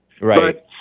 right